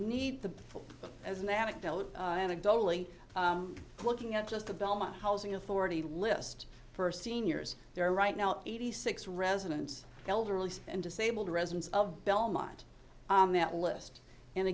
to as an anecdote anecdotally looking at just the belmont housing authority list for seniors there right now eighty six residents elderly and disabled residents of belmont on that list and